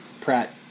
Pratt